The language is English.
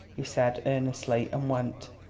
he said earnestly, and went.